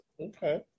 Okay